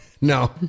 No